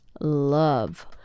love